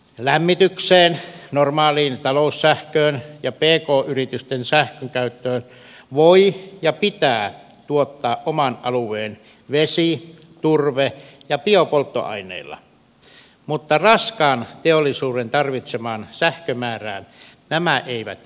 lämmitykseen normaaliin taloussähköön ja pk yritysten sähkönkäyttöön voi ja pitää tuottaa oman alueen vesi turve ja biopolttoaineilla mutta raskaan teollisuuden tarvitsemaan sähkömäärään nämä eivät riitä